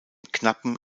knappen